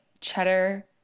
cheddar